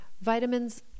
Vitamins